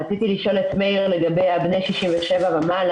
רציתי לשאול את מאיר שפיגלר לגבי בני 67 ומעלה.